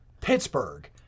Pittsburgh